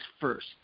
first